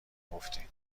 گفتین